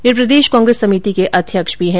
वे प्रदेश कांग्रेस समिति के अध्यक्ष भी हैं